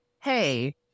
hey